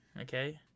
Okay